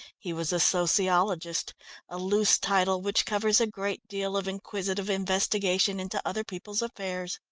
he was a sociologist a loose title which covers a great deal of inquisitive investigation into other people's affairs.